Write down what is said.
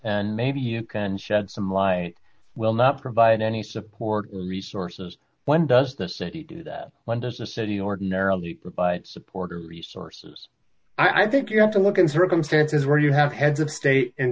and maybe it can shed some light will not provide any support and resources when does the city do that when doesn't a city ordinarily provide support or resources i think you have to look in circumstances where you have heads of state and